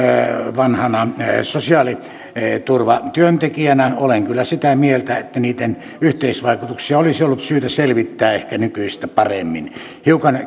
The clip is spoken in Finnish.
vanhana sosiaaliturvatyöntekijänä olen kyllä sitä mieltä että niitten yhteisvaikutuksia olisi ollut syytä selvittää ehkä nykyistä paremmin hiukan